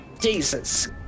Jesus